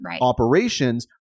operations